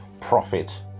profit